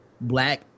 black